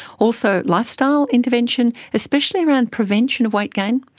also lifestyle intervention, especially around prevention of weight gain.